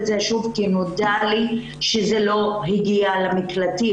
זה שוב כי נודע לי שזה לא הגיע למקלטים,